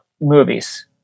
movies